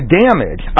damage